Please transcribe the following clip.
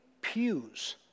pews